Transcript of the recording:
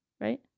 Right